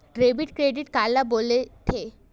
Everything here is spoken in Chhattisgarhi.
डेबिट क्रेडिट काला बोल थे?